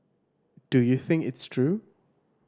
do you think it's true